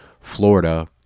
Florida